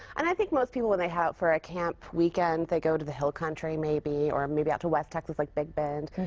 and i think most people when they head out for a camp weekend, they go to the hill country or maybe out to west texas like big bend.